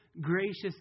gracious